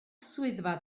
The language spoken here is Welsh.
swyddfa